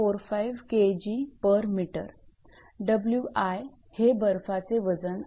45 𝐾𝑔𝑚 𝑊𝑖 हे बर्फाचे वजन आहे